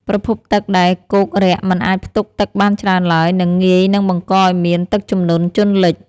ប្រភពទឹកដែលគោករាក់មិនអាចផ្ទុកទឹកបានច្រើនឡើយ និងងាយនឹងបង្កឱ្យមានទឹកជំនន់ជន់លិច។